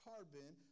carbon